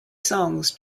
songs